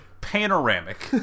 panoramic